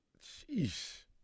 Jeez